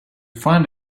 find